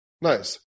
Nice